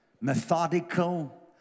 methodical